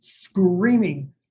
Screaming